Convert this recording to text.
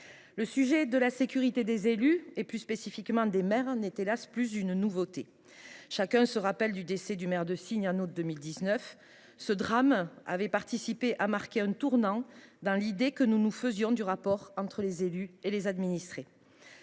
le sujet de la sécurité des élus, et plus spécifiquement des maires, n’est, hélas ! plus une nouveauté. Chacun se rappelle le décès du maire de Signes, en août 2019. Ce drame avait marqué un tournant dans l’idée que nous nous faisions du rapport entre les élus et leurs administrés.